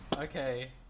Okay